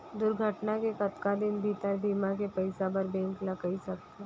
दुर्घटना के कतका दिन भीतर बीमा के पइसा बर बैंक ल कई सकथन?